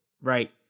Right